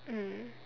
mmhmm